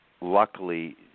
luckily